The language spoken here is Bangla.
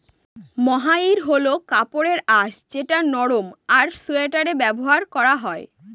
মহাইর হল কাপড়ের আঁশ যেটা নরম আর সোয়াটারে ব্যবহার করা হয়